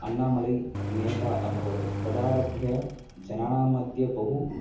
अण्णामलै नेता अभवत् तदारभ्य जनानाम्मध्ये बहु